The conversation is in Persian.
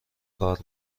کار